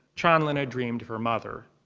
chanlina dreamed of her mother.